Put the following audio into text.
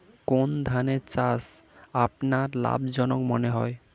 কোন ধানের চাষ আপনার লাভজনক মনে হয়?